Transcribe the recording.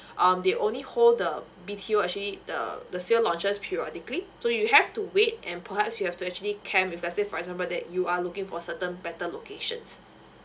um the only holder B_T_O actually the the sale launches periodically so you have to wait and perhaps you have to actually came if let's say for example that you are looking for certain better locations